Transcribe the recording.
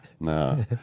No